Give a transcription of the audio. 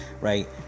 right